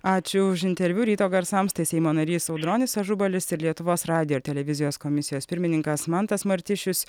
ačiū už interviu ryto garsams tai seimo narys audronis ažubalis ir lietuvos radijo ir televizijos komisijos pirmininkas mantas martišius